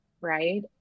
right